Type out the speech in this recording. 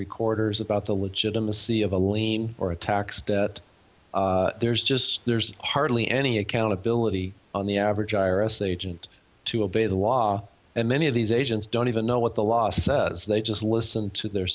recorder's about the legitimacy of a lien or a tax that there's just there's hardly any accountability on the average iris agent to obey the law and many of these agents don't even know what the law says they just listen to their